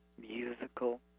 musical